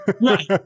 Right